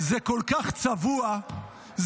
הצבעה